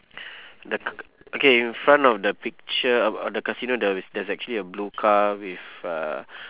the c~ okay in front of the picture of of the casino there's a there's actually a blue car with uh